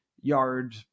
yard